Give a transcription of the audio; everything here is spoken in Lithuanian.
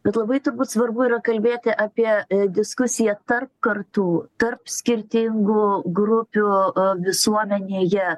bet labai turbūt svarbu yra kalbėti apie diskusiją tarp kartų tarp skirtingų grupių visuomenėje